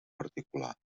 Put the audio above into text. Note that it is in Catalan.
particular